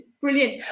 brilliant